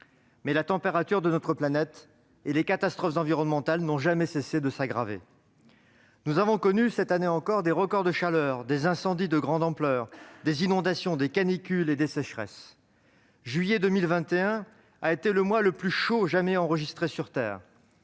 la température de notre planète et les catastrophes environnementales n'ont jamais cessé de s'aggraver. Nous avons connu cette année encore des records de chaleur, des incendies de grande ampleur, des inondations, des canicules et des sécheresses. Le mois de juillet 2021 a été le plus chaud jamais enregistré sur Terre.